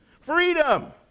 Freedom